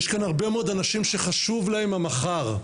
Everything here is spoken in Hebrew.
יש כאן הרבה מאוד אנשים שחשוב להם המחר,